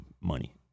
money